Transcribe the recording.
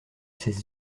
ses